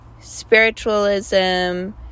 spiritualism